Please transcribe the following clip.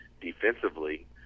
defensively